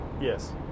Yes